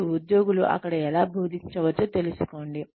మరియు ఉద్యోగులు అక్కడ ఎలా బోధించవచ్చో తెలుసుకోండి